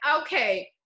okay